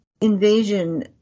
invasion